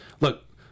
Look